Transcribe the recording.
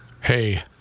Hey